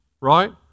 right